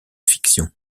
fiction